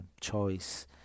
choice